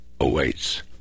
awaits